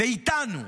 ואיתנו.